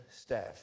staff